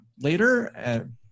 later